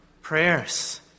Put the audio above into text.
prayers